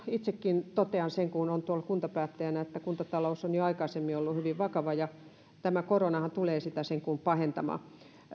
itsekin totean vain sen kun olen tuolla kuntapäättäjänä että kuntatalous on jo aikaisemmin ollut hyvin vakava ja tämä koronahan tulee sitä sen kuin pahentamaan